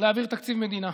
להעביר תקציב מדינה,